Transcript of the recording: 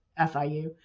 FIU